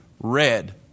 red